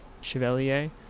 Chevalier